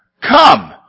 come